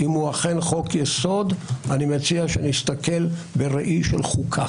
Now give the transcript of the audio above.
אני מציע שנסתכל בראי של חוקה.